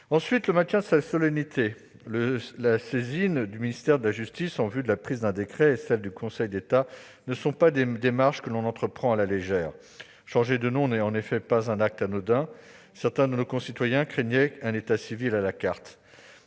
était le maintien de sa solennité. La saisine du ministère de la justice en vue de la prise d'un décret et celle du Conseil d'État ne sont pas des démarches que l'on entreprend à la légère. Changer de nom n'est en effet pas un acte anodin. Certains de nos concitoyens craignaient un état civil « à la carte